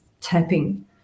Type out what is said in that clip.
tapping